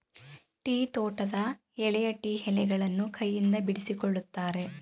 tea ತೋಟದ ಎಳೆಯ tea ಎಲೆಗಳನ್ನು ಕೈಯಿಂದ ಬಿಡಿಸಿಕೊಳ್ಳುತ್ತಾರೆ